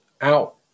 out